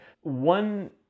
One